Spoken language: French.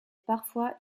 parfois